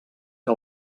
que